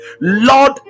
lord